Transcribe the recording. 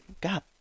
God